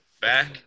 Back